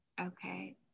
Okay